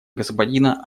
господина